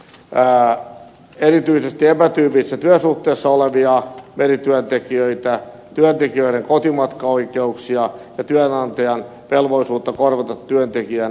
asia koskee erityisesti epätyypillisissä työsuhteissa olevia merityöntekijöitä työntekijöiden kotimatkaoikeuksia ja työnantajan velvollisuutta korvata työntekijän sairaanhoitokustannuksia